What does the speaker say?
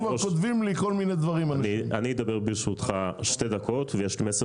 ברשותך אני אדבר שתי דקות ויש לי מסר